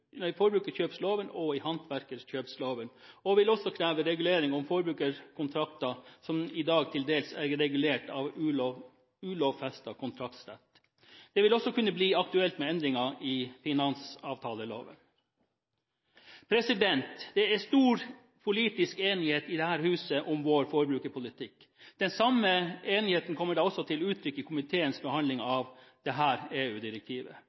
forbrukerkjøpsloven og håndverkertjenesteloven. Det vil også kreve lovregulering om forbrukerkontrakter som i dag til dels er regulert av ulovfestet kontraktsrett. Det vil også kunne bli aktuelt med endringer i finansavtaleloven. Det er stor politisk enighet i dette huset om vår forbrukerpolitikk, og den samme enigheten kommer da også til uttrykk i komiteens behandling